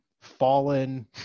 fallen